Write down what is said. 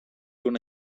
una